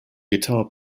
guitar